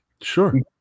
sure